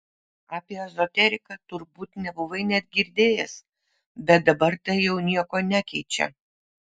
apie ezoteriką turbūt nebuvai net girdėjęs bet dabar tai jau nieko nekeičia